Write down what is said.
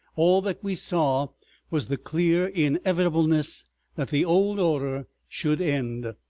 all that we saw was the clear inevitableness that the old order should end.